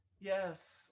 Yes